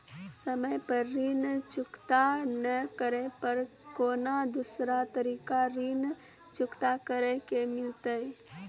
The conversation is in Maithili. समय पर ऋण चुकता नै करे पर कोनो दूसरा तरीका ऋण चुकता करे के मिलतै?